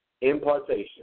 impartation